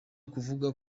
avuga